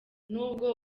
nubwo